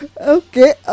okay